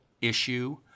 issue